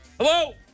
Hello